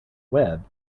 web